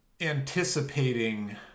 anticipating